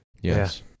Yes